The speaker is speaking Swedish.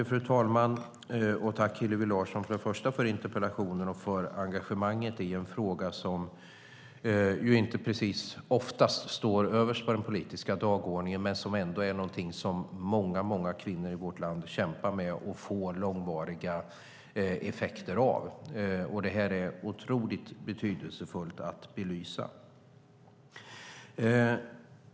Fru talman! Tack, Hillevi Larsson, för det första för interpellationen och för det andra för engagemanget i en fråga som inte precis står överst på den politiska dagordningen men som berör många, många kvinnor i vårt land. Det handlar om en skada som de kämpar med och som de har långvariga effekter av. Det här är otroligt betydelsefullt att belysa.